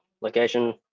location